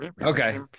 okay